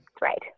Right